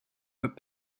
but